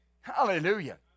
Hallelujah